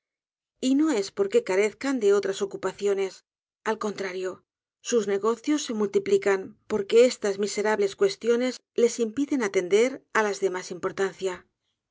arriba y no es porque carezcan de otras ocupaciones al contrario sus negocios se multiplican porque estas miserables cuestiones les impiden atender á las de mas importancia